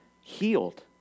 healed